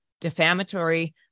defamatory